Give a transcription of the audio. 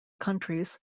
countries